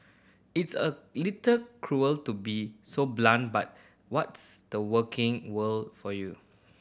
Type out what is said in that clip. it's a little cruel to be so blunt but what's the working world for you